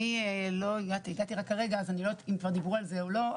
אני הגעתי רק הרגע אז אני לא יודעת אם כבר דיברו על זה או לא,